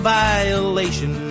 violation